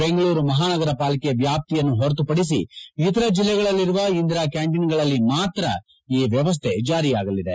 ಬೆಂಗಳೂರು ಮಹಾನಗರ ಪಾಲಿಕೆ ವ್ಯಾಪ್ತಿಯನ್ನು ಹೊರತುಪಡಿಸಿ ಇತರ ಜಿಲ್ಲೆಗಳಲ್ಲಿರುವ ಇಂದಿರಾ ಕ್ವಾಂಟೀನ್ಗಳಲ್ಲಿ ಮಾತ್ರ ಈ ವ್ವವಸ್ಟೆ ಜಾರಿಯಾಗಲಿದೆ